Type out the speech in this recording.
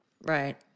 Right